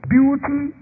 Beauty